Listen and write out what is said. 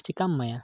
ᱪᱤᱠᱟᱹᱢ ᱮᱢᱟᱭᱟ